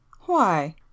Why